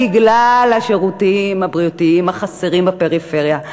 בגלל השירותים הבריאותיים החסרים בפריפריה,